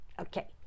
Okay